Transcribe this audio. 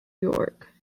york